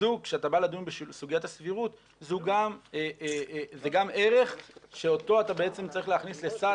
כשאתה בא לדון בסוגיית הסבירות זה גם ערך שאותו צריך להכניס לסל